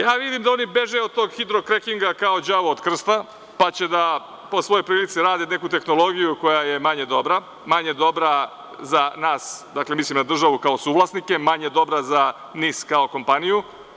Ja vidim da oni beže od hidrokrekinga kao đavo od krsta, pa će da, po svoj prilici, rade neku tehnologiju koja je manje dobra za nas, mislim na državu kao suvlasnike, manje dobra za NIS, kao kompaniju.